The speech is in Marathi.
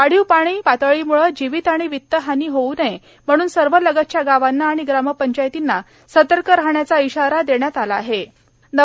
वाढीव पाणी पातळीमुळे जीवित आणि वित्त हानी होऊ नये म्हणून सर्व लगतच्या गावांना आणि ग्रामपंचायतींना सतर्क राहण्याचा इशारा लघ् पाटबंधारे विभागामार्फत देण्यात आला आहे